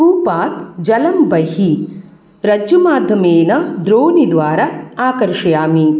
कूपात् जलं बहि रज्जुमाध्यमेन द्रौणिद्वारा आकर्षयामि